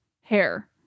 hair